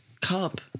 Cup